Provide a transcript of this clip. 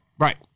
Right